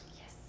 Yes